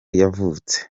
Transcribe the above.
yavutse